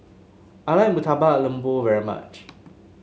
I like Murtabak Lembu very much